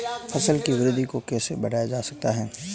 फसल की वृद्धि को कैसे बढ़ाया जाता हैं?